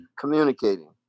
communicating